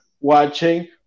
watching